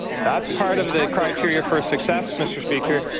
that's part of the criteria for success, mr. speaker.